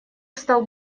стал